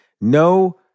No